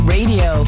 Radio